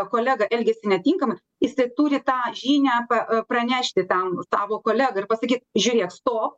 kolega elgiasi netinkamai jisai turi tą žinią pa pranešti tam savo kolegai ir pasakyt žiūrėk stop